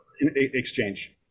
exchange